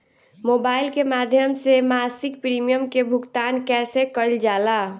Mobile के माध्यम से मासिक प्रीमियम के भुगतान कैसे कइल जाला?